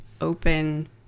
open